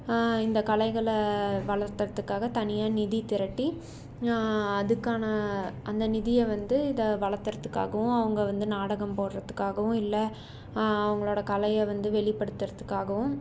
இந்த கலைகளை வளர்த்துறதுக்காக தனியாக நிதி திரட்டி அதுக்கான அந்த நிதியை வந்து இதாக வளர்த்துறதுக்காகவும் அவங்க வந்து நாடகம் போடுறதுக்காகவும் இல்லை அவங்களோட கலையை வந்து வெளிப்படுத்துறதுக்காவும்